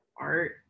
art